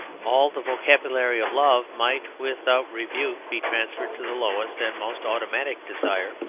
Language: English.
all the vocabulary of love might without rebuke be transferred to the lowest and most automatic desire.